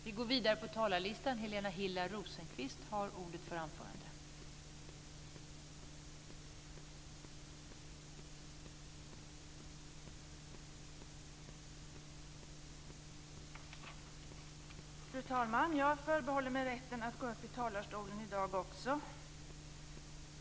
Fru talman! Jag förbehåller mig rätten att gå upp i talarstolen i dag också.